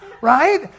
right